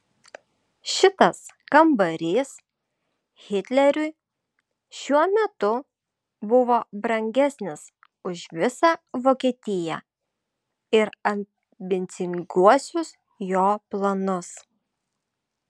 šitas kambarys hitleriui šiuo metu buvo brangesnis už visą vokietiją ir ambicinguosius jo planus